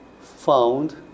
found